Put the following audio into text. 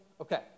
Okay